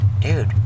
dude